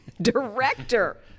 Director